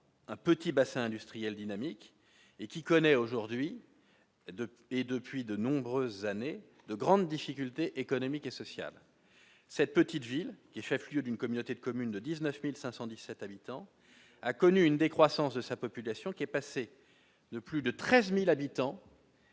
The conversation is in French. un petit bassin industriel dynamique et qui connaît aujourd'hui de et depuis de nombreuses années de grandes difficultés économiques et sociales, cette petite ville du chef-lieu d'une communauté de communes de 19517 habitants a connu une décroissance de sa population qui est passé de plus de 13000 habitants.